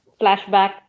flashback